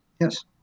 yes